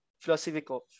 philosophical